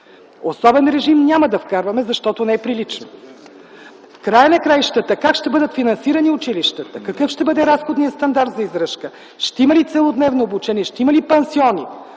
Особен режим няма да вкарваме, защото не е прилично. В края на краищата как ще бъдат финансирани училищата, какъв ще бъде разходния стандарт за издръжка, ще има ли целодневно обучение, ще има ли пансиони